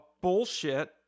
bullshit